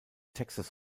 texas